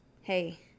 hey